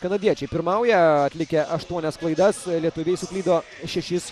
kanadiečiai pirmauja atlikę aštuonias klaidas lietuviai suklydo šešis